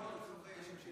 לא רק לחברי יש עתיד.